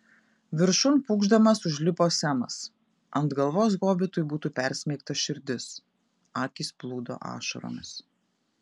viršun pūkšdamas užlipo semas ant galvos hobitui būtų persmeigta širdis akys plūdo ašaromis